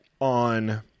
on